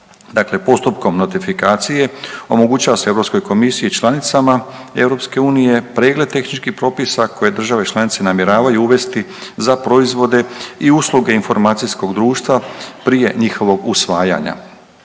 postupkom notifikacije omogućava se Europskoj komisiji i članicama EU pregled tehničkih propisa koje države članice namjeravaju uvesti za proizvode i usluge informacijskog društva prije njihovog usvajanja.